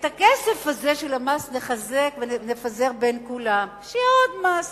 את הכסף הזה של המס נפזר בין כולם, שיהיה עוד מס.